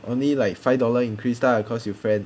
only like five dollar increase lah cause you friend